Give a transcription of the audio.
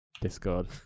Discord